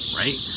right